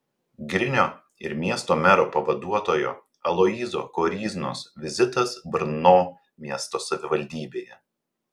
grinio ir miesto mero pavaduotojo aloyzo koryznos vizitas brno miesto savivaldybėje